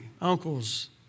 uncles